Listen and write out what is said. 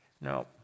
No